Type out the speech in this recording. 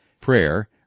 Prayer